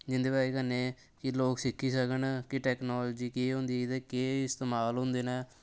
जिंदी बजह कन्नै लोक सिक्खी सकदे न कि टैक्नोलजी केह् होंदी ते केह् इस्तेमाल होंदे ने